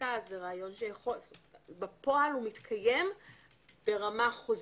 לחקיקה בפועל הוא מתקיים ברמה חוזית.